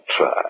try